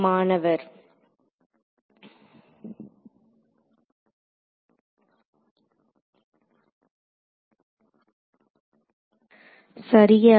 மாணவர் சரியாக